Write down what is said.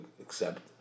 accept